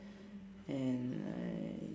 and I